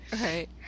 right